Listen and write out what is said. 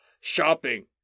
shopping